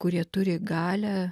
kurie turi galią